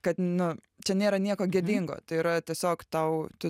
kad nu čia nėra nieko gėdingo tai yra tiesiog tau tu